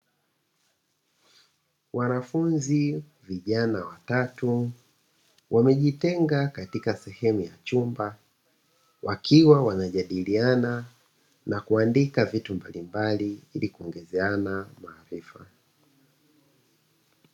Wanafunzi vijana watatu wamejitenga katika sehemu ya chumba wakiwa wanajadiliana na kuandika vitu mbalimbali ili kuongezeana maarifa.